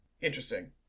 interesting